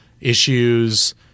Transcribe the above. issues